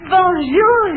Bonjour